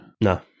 no